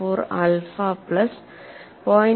154 alpha plus 0